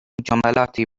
جملاتی